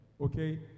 okay